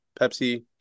Pepsi